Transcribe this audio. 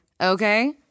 okay